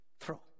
throw